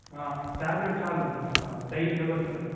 ಹಾಂ ಟ್ಯಾಬ್ಲೆಟ್ ಚಾಲು ಉಂಟು ಹಾಂ ಡೈಲಿ ತಗೋಳ್ತಾರೆ